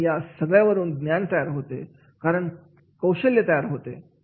आणि या सगळ्या वरून ज्ञान तयार होते कौशल्य तयार होते